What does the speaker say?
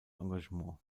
engagement